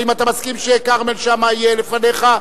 האם אתה מסכים שכרמל שאמה יהיה לפניך?